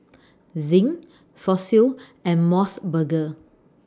Zinc Fossil and Mos Burger